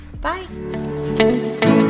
Bye